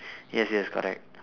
yes yes correct